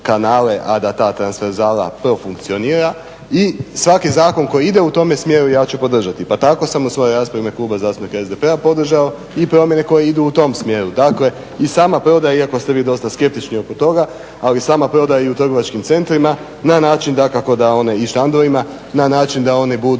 a da ta transverzala profunkcionira i svaki zakon koji ide u tome smjeru ja ću podržati. Pa tako sam u svojoj raspravi u ime Kluba zastupnika SDP-a podržao i promjene koje idu u tom smjeru. Dakle i sama prodaja iako ste vi dosta skeptični oko toga, ali sama prodaja i u trgovačkim centrima i štandovima na način da one budu